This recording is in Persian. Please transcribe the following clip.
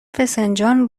فسنجان